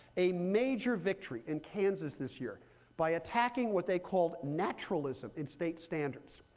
a major victory in kansas this year by attacking what they called naturalism in state standards.